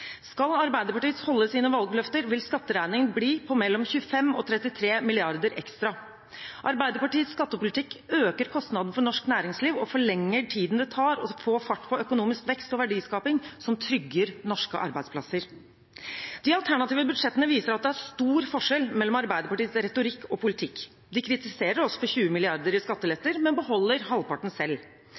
Skal Arbeiderpartiet holde sine valgløfter, vil skatteregningen bli på mellom 25 mrd. kr og 33 mrd. kr ekstra. Arbeiderpartiets skattepolitikk øker kostnadene for norsk næringsliv og forlenger tiden det tar å få fart på økonomisk vekst og verdiskaping som trygger norske arbeidsplasser. De alternative budsjettene viser at det er stor forskjell mellom Arbeiderpartiets retorikk og deres politikk. De kritiserer oss for 20 mrd. kr i skatteletter, men beholder halvparten selv.